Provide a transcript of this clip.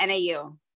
NAU